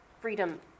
freedom